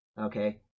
okay